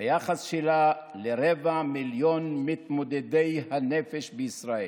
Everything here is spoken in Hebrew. ביחס שלה לרבע מיליון מתמודדי הנפש בישראל,